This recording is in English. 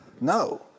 No